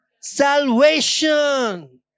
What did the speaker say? salvation